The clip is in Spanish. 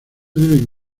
debe